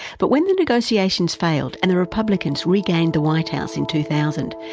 but when the negotiations failed and the republicans regained the white house in two thousand,